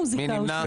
מי נמנע?